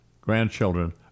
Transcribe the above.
grandchildren